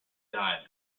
died